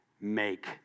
make